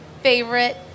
favorite